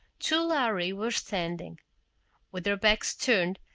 two lhari were standing with their backs turned,